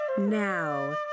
Now